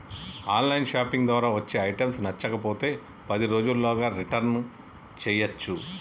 on line shopping ద్వారా వచ్చే items నచ్చకపోతే పది రోజుల్లోగా రిటర్న్ చేయ్యచ్చు